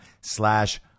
slash